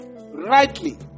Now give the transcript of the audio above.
rightly